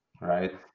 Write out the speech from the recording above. right